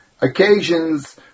occasions